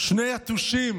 שני יתושים